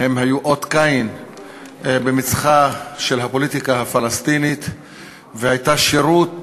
היו אות קין במצחה של הפוליטיקה הפלסטינית והיו שירות